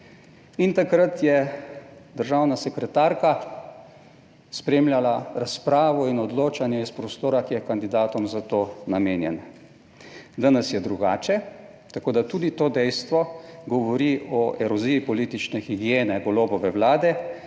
je. Takrat je državna sekretarka spremljala razpravo in odločanje iz prostora, ki je kandidatom za to namenjen. Danes je drugače. Tako da tudi to dejstvo govori o eroziji politične higiene Golobove vlade,